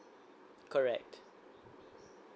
correct